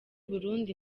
burundi